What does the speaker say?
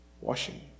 washing